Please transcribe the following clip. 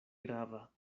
grava